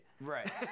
right